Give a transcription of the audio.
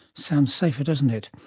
sounds safer, doesn't it.